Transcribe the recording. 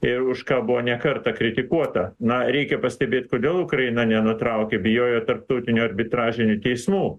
ir už ką buvo ne kartą kritikuota na reikia pastebėt kodėl ukraina nenutraukia bijojo tarptautinių arbitražinių teismų